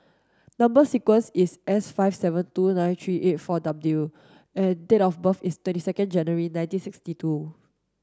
number sequence is S five seven two nine three eight four W and date of birth is twenty second January nineteen sixty two